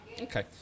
Okay